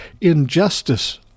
injustice